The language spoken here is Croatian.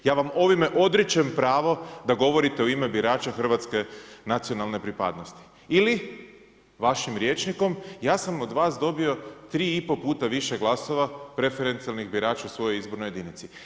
Ja vam ovime odričem pravo da govorite u ime birača hrvatske nacionalne pripadnosti ili vašim rječnikom, ja sam od vaš dobio 3 i pol puta više glasova preferencijalnih birača u svojoj izbornoj jedinici.